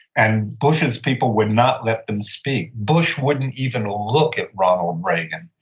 and bush's people would not let them speak. bush wouldn't even look at ronald reagan.